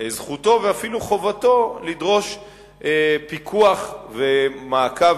זכותו ואפילו חובתו לדרוש פיקוח ומעקב